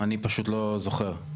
אני פשוט לא זוכר.